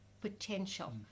potential